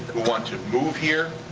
want to move here,